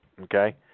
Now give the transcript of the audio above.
okay